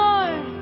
Lord